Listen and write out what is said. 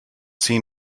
seen